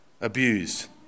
abused